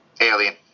Alien